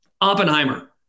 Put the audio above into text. Oppenheimer